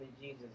jesus